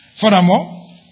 Furthermore